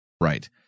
right